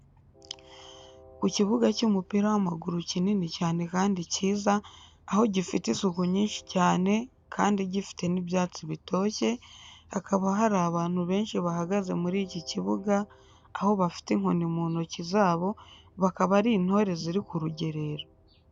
Ku kibuga cy'umupira w'amaguru kinini cyane kandi cyiza aho gifite isuku nyinshi cyane kandi gifite n'ibyatsi bitoshye, hakaba hari abantu benshi bahagaze muri iki kibuga aho bafite inkoni mu ntoki zabo, bakaba ari intore ziri ku rugerero.